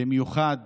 במיוחד